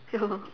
ya lor